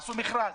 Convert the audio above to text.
עשו מכרז.